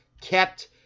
kept